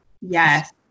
Yes